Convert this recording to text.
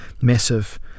massive